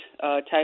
type